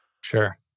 Sure